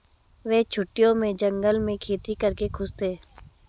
वे छुट्टियों में जंगल में खेती करके खुश थे